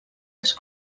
ice